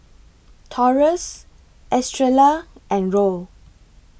Taurus Estrella and Roll